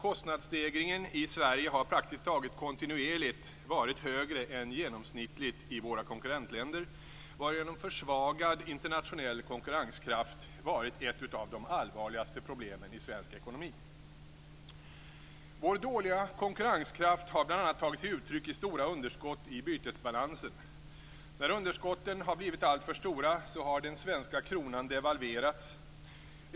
Kostnadsstegringen i Sverige har praktiskt taget kontinuerligt varit högre än genomsnittligt i våra konkurrentländer, varigenom försvagad internationell konkurrenskraft varit ett av de allvarligaste problemen i svensk ekonomi. Vår dåliga konkurrenskraft har bl.a. tagit sig uttryck i stora underskott i bytesbalansen. När underskotten har blivit alltför stora har den svenska kronan devalverats.